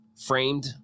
framed